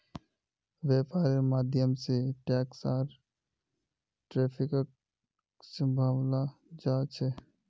वैपार्र माध्यम से टैक्स आर ट्रैफिकक सम्भलाल जा छे